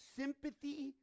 sympathy